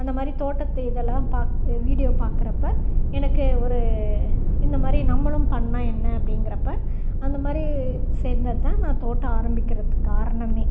அந்த மாதிரி தோட்டத்து இதெலாம் இது பா வீடியோ பார்க்குறப்ப எனக்கு ஒரு இந்த மாதிரி நம்மளும் பண்ணிணா என்ன அப்படிங்குறப்ப அந்த மாதிரி செய்தது தான் நான் தோட்டம் ஆரம்மிக்கிறதுக்கு காரணம்